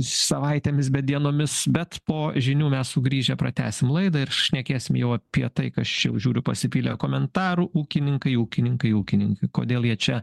savaitėmis bet dienomis bet po žinių mes sugrįžę pratęsim laidą ir šnekėsim jau apie tai kas čia jau žiūriu pasipylė komentarų ūkininkai ūkininkai ūkininkai kodėl jie čia